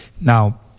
Now